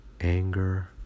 Anger